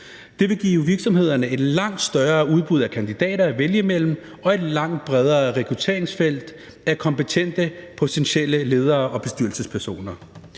Det vil give virksomhederne et langt større udbud af kandidater at vælge imellem og et langt bredere rekrutteringsfelt af kompetente, potentielle ledere og bestyrelsespersoner.